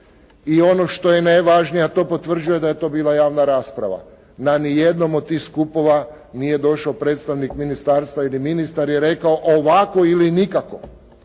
i ono što je najvažnije, a to potvrđuje da je to bila javna rasprava, na ni jednom od tih skupova nije došao predstavnik ministarstva ili ministar je rekao ovako ili nikako.